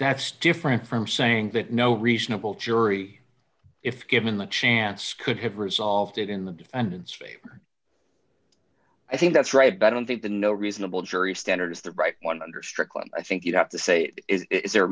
that's different from saying that no reasonable jury if given the chance could have resolved it in the defendant's favor i think that's right but i don't think the no reasonable jury standard is the right one under strickland i think you have to say is there a